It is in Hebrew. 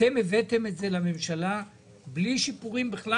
אתם הבאתם את זה לממשלה בלי שיפורים בכלל